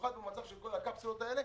במיוחד במצב של כל הקפסולות האלה,